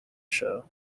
show